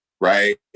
right